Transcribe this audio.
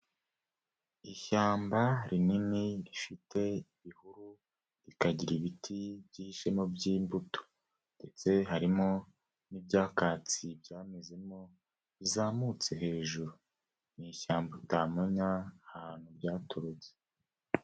Ishyamba rinini rifite ibihuru rikagira ibiti byihishemo by'imbuto, ndetse harimo n'ibyakatsi byamezemo bizamutse hejuru, ni ishyamba utamenya ahantu ryaturutse.